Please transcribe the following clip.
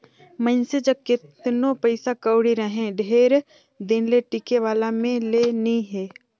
मइनसे जग केतनो पइसा कउड़ी रहें ढेर दिन ले टिके वाला में ले नी हे